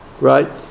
right